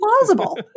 plausible